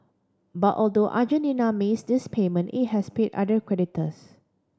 but although Argentina miss this payment it has paid other creditors